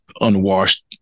unwashed